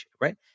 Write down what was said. Right